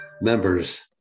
members